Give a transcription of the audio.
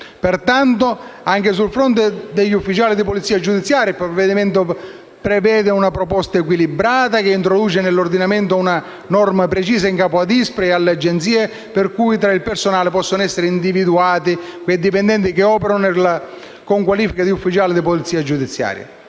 Pertanto, anche sul fronte degli ufficiali di polizia giudiziaria, il provvedimento prevede una proposta equilibrata, che introduce nell'ordinamento una norma precisa in capo all'ISPRA e alle Agenzie, per cui tra il personale possono essere individuati quei dipendenti che opereranno con la qualifica di ufficiale di polizia giudiziaria.